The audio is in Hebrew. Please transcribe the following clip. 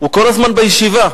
הוא כל הזמן בישיבה.